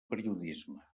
periodisme